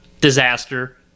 Disaster